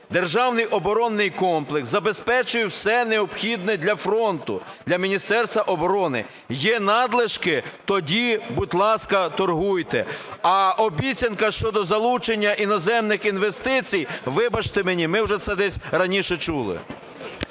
державний оборонний комплекс забезпечує все необхідне для фронту, для Міністерства оборони. Є надлишки, тоді, будь ласка, торгуйте. А обіцянка щодо залучення іноземних інвестицій, вибачте мені, ми вже це десь раніше чули.